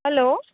hello